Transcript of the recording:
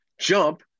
jump